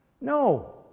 No